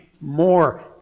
more